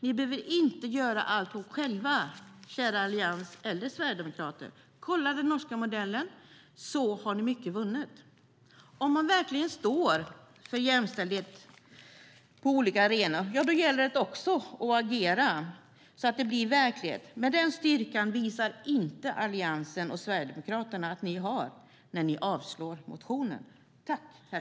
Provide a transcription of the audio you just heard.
Ni behöver inte göra allting själva, kära allians och sverigedemokrater - kolla den norska modellen så har ni mycket vunnet! Om man verkligen står för jämställdhet på olika arenor gäller det att också agera så att det blir verklighet. Den styrkan visar inte Alliansen och Sverigedemokraterna att de har när de avslår motioner.